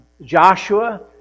Joshua